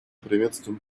приветствуем